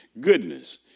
goodness